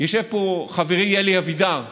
יושב פה חברי אלי אבידר ביציע,